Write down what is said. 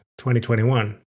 2021